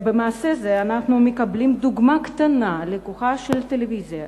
במעשה זה אנחנו מקבלים דוגמה קטנה לכוחה של הטלוויזיה,